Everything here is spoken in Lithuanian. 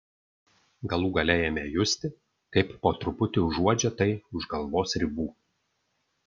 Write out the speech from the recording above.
galų gale ėmė justi kaip po truputį užuodžia tai už galvos ribų